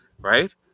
right